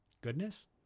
Goodness